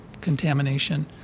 contamination